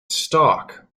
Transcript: stock